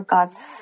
God's